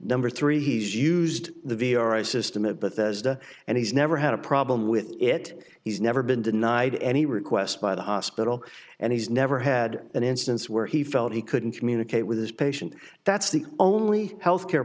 number three he's used the v r i system it but that and he's never had a problem with it he's never been denied any request by the hospital and he's never had an instance where he felt he couldn't communicate with his patient that's the only health care